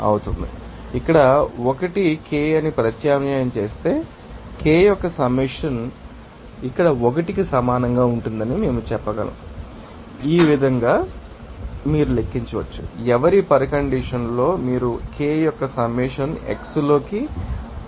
కాబట్టి ఇక్కడ 1 Kiఅని ప్రత్యామ్నాయం చేస్తే K యొక్క సమ్మషన్ ఇక్కడ 1 కి సమానంగా ఉంటుందని మేము చెప్పగలం ఈ విధంగా కూడా మీరు లెక్కించవచ్చు ఎవరి పరికండిషన్ లో మీరు K యొక్క సమ్మషన్ను x లోకి 1 పొందవచ్చు